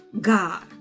God